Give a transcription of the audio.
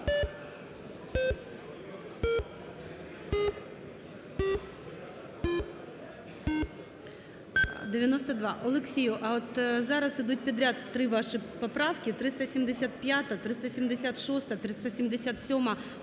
За-92 Олексію, а от зараз ідуть підряд три ваші поправки: 375-а, 376-а, 377-а.